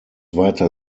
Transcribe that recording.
weiter